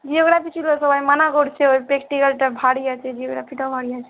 geography ছিলো তো আমি মানা করছি ওই প্র্যাকটিক্যালটা ভারী আছে জিওগ্রাফিটাও ভারী আছে